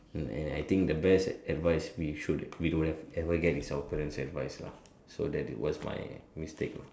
and and I think the best advice we should we could ever get is our parent's advices lah so that was my mistake ah